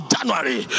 January